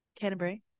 Canterbury